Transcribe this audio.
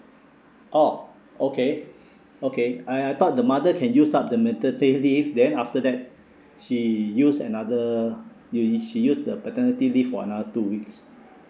oh okay okay I I thought the mother can use up the maternity leave then after that she use another you e~ she use the paternity leave for another two weeks